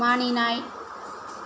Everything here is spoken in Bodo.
मानिनाय